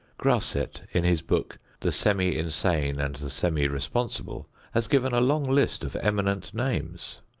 grasset in his book the semi-insane and the semi-responsible has given a long list of eminent names.